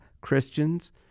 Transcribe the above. Christians